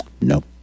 No